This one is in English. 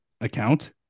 account